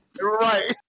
right